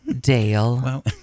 Dale